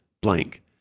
blank